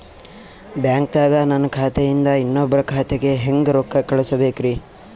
ಬ್ಯಾಂಕ್ದಾಗ ನನ್ ಖಾತೆ ಇಂದ ಇನ್ನೊಬ್ರ ಖಾತೆಗೆ ಹೆಂಗ್ ರೊಕ್ಕ ಕಳಸಬೇಕ್ರಿ?